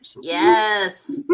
Yes